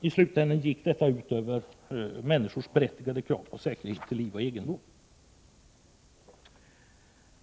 i slutänden gick detta ut över människors berättigade krav på säkerhet till liv och egendom.